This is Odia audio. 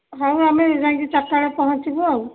ହେଉ ଆମେ ଯାଇକରି ଚାରିଟା ବେଳେ ପହଁଞ୍ଚିବୁ ଆଉ